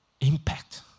Impact